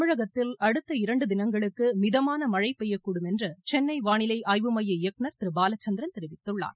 தமிழகத்தில் அடுத்த இரண்டு தினங்களுக்கு மிதமான மனழ பெய்யக்கூடும் என்று சென்னை வானிலை ஆய்வு மைய இயக்குனர் திரு பாலச்சந்திரன் தெரிவித்துள்ளார்